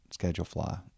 ScheduleFly